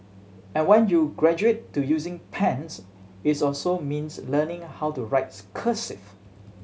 and when you graduate to using pens it's also means learning how to write cursive